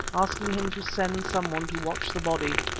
asking him to send some one to watch the body,